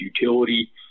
utility